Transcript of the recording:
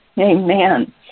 Amen